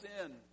sin